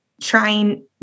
trying